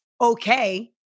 okay